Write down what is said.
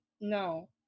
no